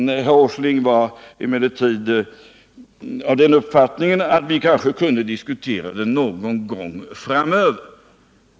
Herr Åsling var emellertid av den uppfattningen att vi kanske kunde diskutera den någon gång framöver.